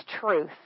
truth